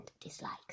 dislikes